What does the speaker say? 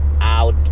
out